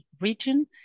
region